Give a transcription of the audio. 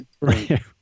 Right